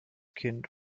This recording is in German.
kind